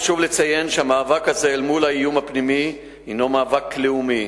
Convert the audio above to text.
חשוב לציין שהמאבק הזה אל מול האיום הפנימי הוא מאבק לאומי.